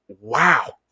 wow